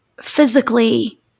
physically